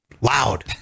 loud